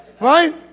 Right